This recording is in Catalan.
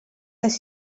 les